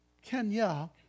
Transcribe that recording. Kenya